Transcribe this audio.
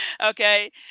okay